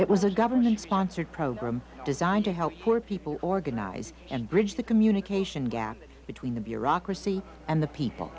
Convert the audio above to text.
it was a government sponsored program designed to help poor people organize and bridge the communication gap between the bureaucracy and the people